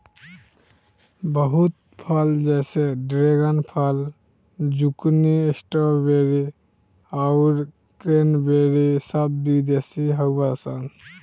बहुत फल जैसे ड्रेगन फल, ज़ुकूनी, स्ट्रॉबेरी आउर क्रेन्बेरी सब विदेशी हाउअन सा